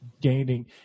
gaining –